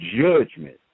judgment